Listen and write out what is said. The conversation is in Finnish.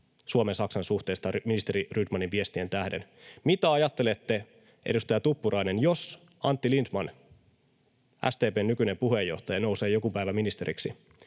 Suomen Saksan-suhteista ministeri Rydmanin viestien tähden, niin mitä ajattelette, edustaja Tuppurainen: Jos Antti Lindtman, SDP:n nykyinen puheenjohtaja, nousee joku päivä ministeriksi,